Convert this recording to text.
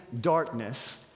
darkness